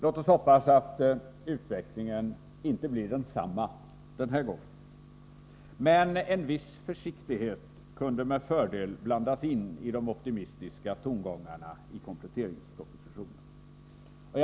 Låt oss hoppas att utvecklingen inte blir densamma den här gången, men en viss försiktighet kunde med fördel blandas in i de optimistiska tongångarna i kompletteringspropositionen.